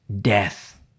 death